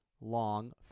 long